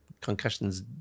concussions